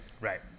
Right